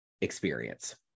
experience